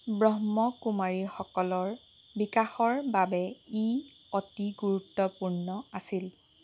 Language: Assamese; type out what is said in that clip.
ব্ৰহ্মকুমাৰীসকলৰ বিকাশৰ বাবে ই অতি গুৰুত্বপূৰ্ণ আছিল